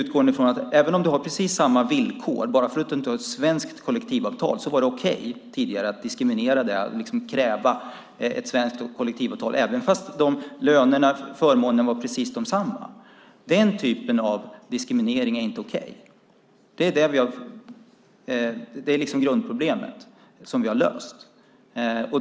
Även om företaget hade precis samma villkor men inte ett svenskt kollektivavtal var det tidigare okej att diskriminera och kräva ett svenskt kollektivavtal även om lönerna och förmånerna var precis desamma. Den typen av diskriminering är inte okej. Det är grundproblemet, som vi har löst.